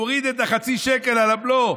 כשהוא הוריד את חצי השקל על הבלו,